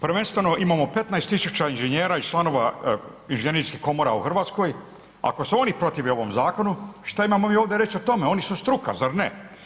Prvenstveno imamo 15 tisuća inženjera i članova inženjerijskih komora u Hrvatskoj, ako se oni protive ovom zakonu šta imamo mi ovdje reći o tome, oni su struka zar ne.